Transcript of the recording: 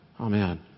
Amen